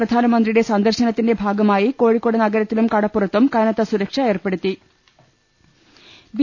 പ്രധാനമന്ത്രിയുടെ സന്ദർശനത്തിന്റെ ഭാഗമായി കോഴി ക്കോട് നഗരത്തിലും കടപ്പുറത്തും കനത്ത സുരക്ഷ ഏർപ്പെടു ത്തും